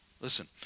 Listen